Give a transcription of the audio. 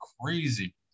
crazy